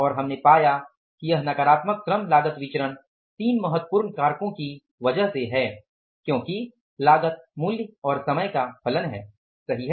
और हमने पाया कि यह नकारात्मक श्रम लागत विचरण 3 महत्वपूर्ण कारकों की वजह से है क्योंकि लागत मूल्य और समय का फलन है सही है